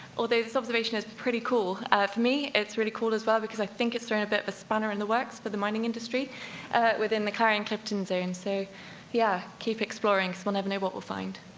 although this observation is pretty cool. for me, it's really cool as well, because i think it's thrown a bit of a spunner in the works, for the mining industry within the clarion-clipperton zone. so yeah, keep exploring, cause we'll never know what we'll find.